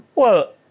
well,